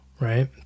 right